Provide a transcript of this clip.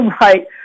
right